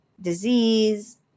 disease